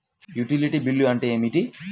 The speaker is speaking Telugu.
యుటిలిటీ బిల్లు అంటే ఏమిటి?